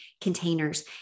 containers